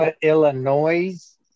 Illinois